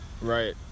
right